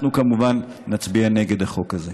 אנחנו, כמובן, נצביע נגד החוק הזה.